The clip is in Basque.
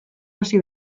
hasi